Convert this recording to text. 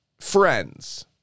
friends